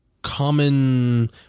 common